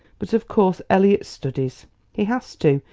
but of course elliot studies he has to.